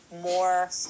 more